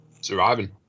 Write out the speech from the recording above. Surviving